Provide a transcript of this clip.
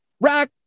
Rock